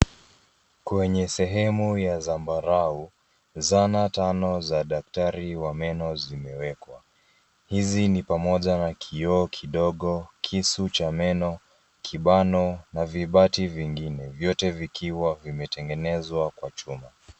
Kwenye sehemu ya zambarau, zana tano za daktari wa meno zimewekwa. Hizi ni pamoja na kioo kidogo, kisu cha meno, kibano na vibati vingine, vyote vikiwa vimetengenezwa kwa chuma.